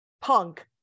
punk